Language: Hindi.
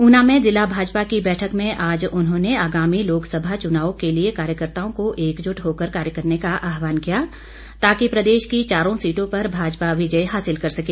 ऊना में जिला भाजपा की बैठक में आज उन्होंने कहा कि आगामी लोकसभा चुनाव के लिए कार्यकर्ताओं को एकजुट होकर कार्य करने का आहवान किया ताकि प्रदेश की चारों सीटों पर भाजपा विजय हासिल कर सके